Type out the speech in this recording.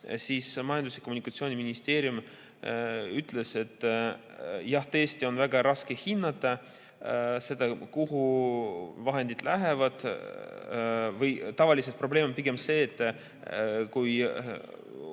ja Kommunikatsiooniministeerium ütles, et jah, tõesti on väga raske hinnata seda, kuhu vahendid lähevad. Või tavaliselt on probleem pigem see, et kui